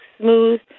smooth